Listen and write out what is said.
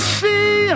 see